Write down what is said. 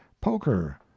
poker